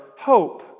hope